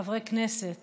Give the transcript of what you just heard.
חברי כנסת